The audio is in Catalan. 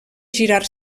girar